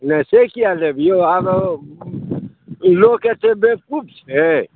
नहि से किया लेब यौ लोक एतेक बेबक़ूफ छै